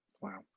Wow